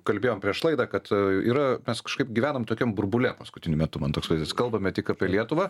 kalbėjome prieš laidą kad yra mes kažkaip gyvenam tokiam burbule paskutiniu metu man toks vaizdas kalbame tik apie lietuvą